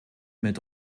mit